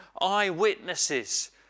eyewitnesses